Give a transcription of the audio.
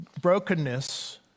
Brokenness